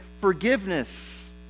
forgiveness